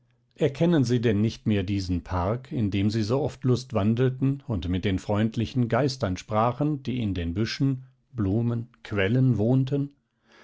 erkennen sie denn nicht mehr diesen park in dem sie so oft lustwandelten und mit den freundlichen geistern sprachen die in den büschen blumen quellen wohnen